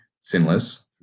sinless